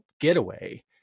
getaway